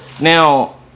Now